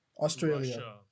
Australia